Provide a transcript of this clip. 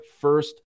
first